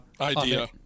Idea